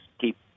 keep